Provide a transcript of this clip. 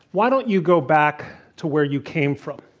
why don't you go back to where you came from?